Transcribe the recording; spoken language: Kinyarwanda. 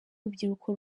urubyiruko